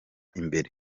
imbere